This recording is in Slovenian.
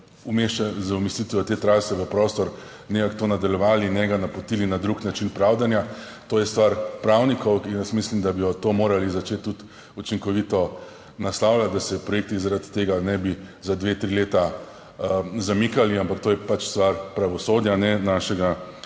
z umestitvijo te trase v prostor, ne nato nadaljevali in njega napotili na drug način pravdanja, to je stvar pravnikov in jaz mislim, da bi to morali začeti tudi učinkovito naslavljati, da se projekti zaradi tega ne bi za dve, tri leta zamikali, ampak to je pač stvar pravosodja, ne našega